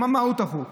מה מהות החוק?